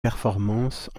performances